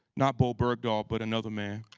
not bowe bergdahl but another man,